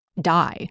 die